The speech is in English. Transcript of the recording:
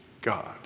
God